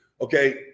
okay